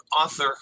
author